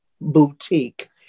boutique